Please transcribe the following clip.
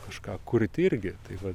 kažką kurti irgi tai va